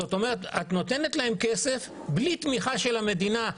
זאת אומרת שאת נותנת להם כסף בלי תמיכה של המדינה,